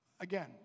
again